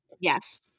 Yes